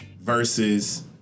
versus